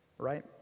Right